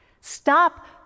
stop